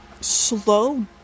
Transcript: slow